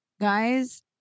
Guys